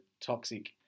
toxic